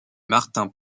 martin